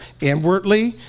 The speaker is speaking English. inwardly